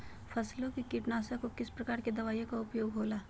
फसलों के कीटनाशक के किस प्रकार के दवाइयों का उपयोग हो ला?